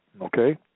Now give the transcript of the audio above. Okay